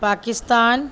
Pakistan